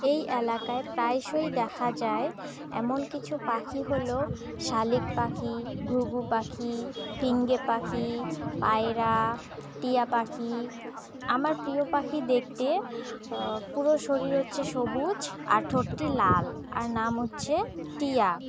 এই এলাকায় প্রায়শই দেখা যায় এমন কিছু পাখি হল শালিক পাখি ঘুঘু পাখি ফিঙে পাখি পায়রা টিয়া পাখি আমার প্রিয় পাখি দেখতে পুরো শরীর হচ্ছে সবুজ আর ঠোঁটটি লাল আর নাম হচ্ছে টিয়া